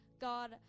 God